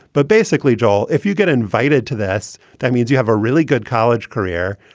but basically, joel, if you get invited to this, that means you have a really good college career.